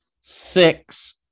Six